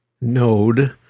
node